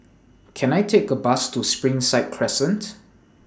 Can I Take A Bus to Springside Crescent